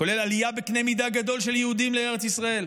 כולל עלייה בקנה מידה גדול של יהודים לארץ ישראל,